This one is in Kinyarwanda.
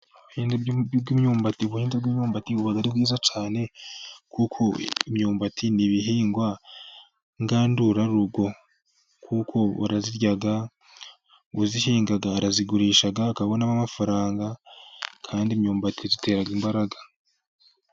Ubuhinzi bw'imyumbati buba ari bwiza cyane, kuko imyumbati ni ibihingwa ingandurarugo, kuko barayirya uyihinga arayigurisha akabonamo amafaranga, kandi imyumbati zitera imbaraga.